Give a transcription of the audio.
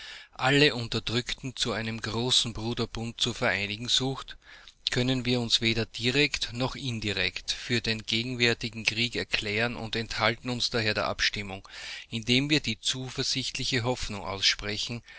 alle unterdrückten zu einem großen bruderbunde zu vereinigen sucht können wir uns weder direkt noch indirekt für den gegenwärtigen krieg erklären und enthalten uns daher der abstimmung indem wir die zuversichtliche hoffnung aussprechen